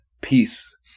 peace